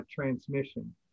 transmission